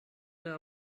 der